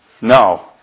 No